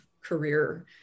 career